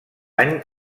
any